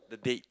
the date